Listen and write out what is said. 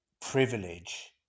privilege